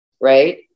right